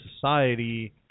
society